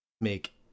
make